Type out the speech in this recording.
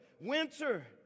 Winter